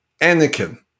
Anakin